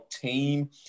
team